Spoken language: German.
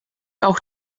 auch